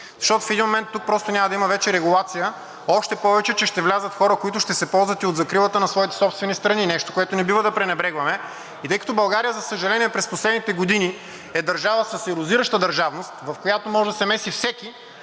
Защото в един момент тук просто няма да има вече регулация, още повече, че ще влязат хора, които ще се ползват и от закрилата на своите собствени страни – нещо, което не бива да пренебрегваме. И тъй като България, за съжаление, през последните години е държала с ерозираща държавност, в която може да се меси всеки,